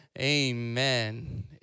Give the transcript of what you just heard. Amen